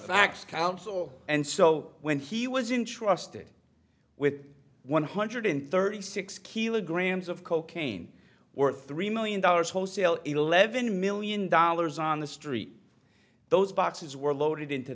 facts counsel and so when he was intrusted with one hundred thirty six kilograms of cocaine or three million dollars wholesale eleven million dollars on the street those boxes were loaded into